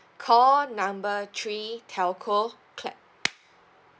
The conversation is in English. call number three telco clap